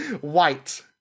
White